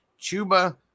Chuba